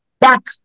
back